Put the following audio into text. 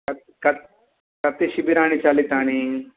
कति शिबिराणि चालितानि